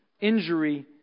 injury